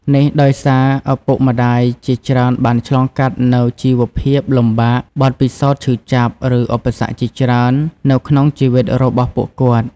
នេះដោយសារ ឪពុកម្ដាយជាច្រើនបានឆ្លងកាត់នូវ ជីវភាពលំបាក បទពិសោធន៍ឈឺចាប់ ឬឧបសគ្គជាច្រើន នៅក្នុងជីវិតរបស់ពួកគាត់។